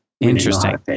Interesting